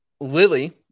Lily